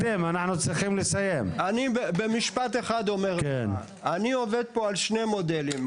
אני עובד פה על שני מודלים.